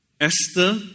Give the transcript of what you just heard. Esther